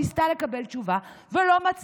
של חבר הכנסת אופיר סופר וקבוצת חברי